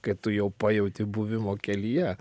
kai tu jau pajauti buvimo kelyje